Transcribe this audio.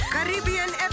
Caribbean